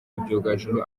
ibyogajuru